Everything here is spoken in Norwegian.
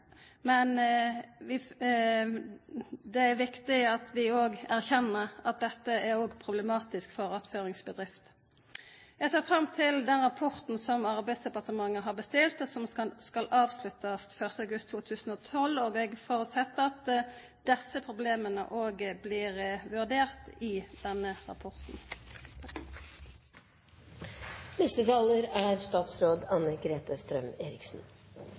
det er viktig at vi erkjenner at dette også er problematisk for attføringsbedrifter. Jeg ser fram til den rapporten som Arbeidsdepartementet har bestilt, og som skal avsluttes 1. august 2012, og jeg forutsetter at også disse problemene blir vurdert i denne rapporten.